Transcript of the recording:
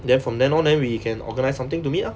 then from then on then we can organise something to meet lah